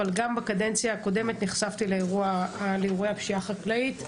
אבל גם בקדנציה הקודמת נחשפתי לאירועי הפשיעה החקלאית,